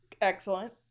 Excellent